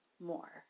more